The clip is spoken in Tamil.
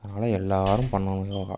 அதனால எல்லாரும் பண்ணணும் யோகா